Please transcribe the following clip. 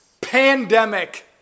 pandemic